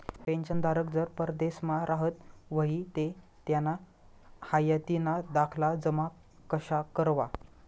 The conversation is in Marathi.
पेंशनधारक जर परदेसमा राहत व्हयी ते त्याना हायातीना दाखला जमा कशा करवा?